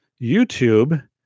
youtube